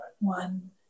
One